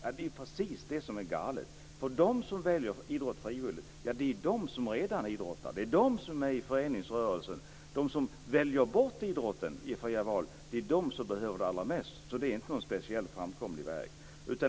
Det är ju precis det som är galet. De som väljer idrott frivilligt är ju de som redan idrottar. Det är de som är i föreningsrörelsen. De som väljer bort idrotten i fria val är de som behöver den allra mest. Detta är alltså inte någon speciellt framkomlig väg.